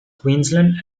queensland